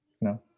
No